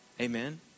Amen